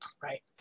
right